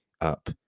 up